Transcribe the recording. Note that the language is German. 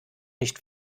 nicht